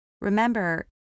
Remember